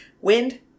Wind